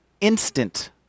instant